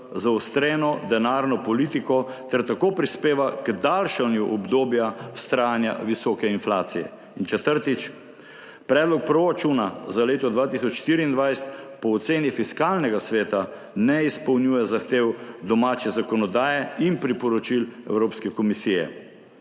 zaostreno denarno politiko ter tako prispeva k daljšanju obdobja vztrajanja visoke inflacije. In četrtič, predlog proračuna za leto 2024 po oceni Fiskalnega sveta ne izpolnjuje zahtev domače zakonodaje in priporočil Evropske komisije.